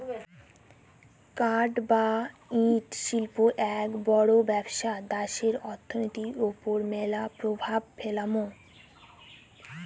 কাঠ বা উড শিল্প এক বড় ব্যবসা দ্যাশের অর্থনীতির ওপর ম্যালা প্রভাব ফেলামু